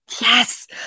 Yes